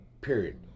period